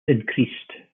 increased